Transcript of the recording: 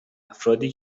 افرادی